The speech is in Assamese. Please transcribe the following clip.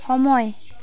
সময়